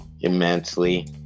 Immensely